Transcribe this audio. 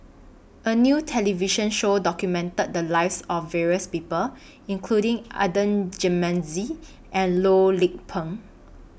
A New television Show documented The Lives of various People including Adan Jimenez and Loh Lik Peng